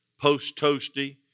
post-toasty